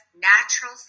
natural